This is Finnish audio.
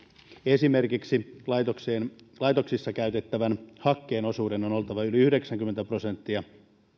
esimerkiksi laitoksissa käytettävän hakkeen osuuden on oltava yli yhdeksänkymmentä prosenttia